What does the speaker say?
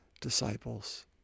disciples